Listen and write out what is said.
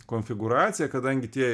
konfigūraciją kadangi tie